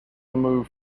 move